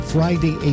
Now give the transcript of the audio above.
Friday